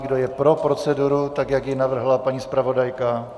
Kdo je pro proceduru tak, jak ji navrhla paní zpravodajka?